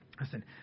Listen